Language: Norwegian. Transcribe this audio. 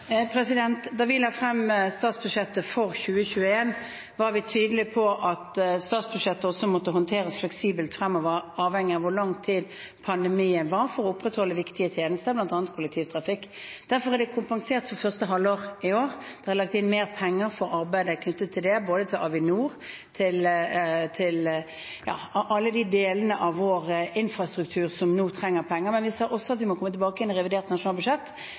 Da vi la frem statsbudsjettet for 2021, var vi tydelige på at statsbudsjettet også måtte håndteres fleksibelt fremover, avhengig av hvor lang tid pandemien varer, for å opprettholde viktige tjenester, bl.a. kollektivtrafikk. Derfor er det kompensert for første halvår i år; det er lagt inn mer penger til arbeidet knyttet til det, både til Avinor og til alle de delene av vår infrastruktur som nå trenger penger. Men vi sa også at vi må komme tilbake igjen i revidert nasjonalbudsjett